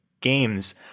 games